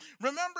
Remember